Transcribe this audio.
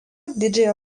didžiąją